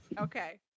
Okay